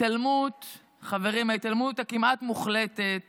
חברים, ההתעלמות הכמעט-מוחלטת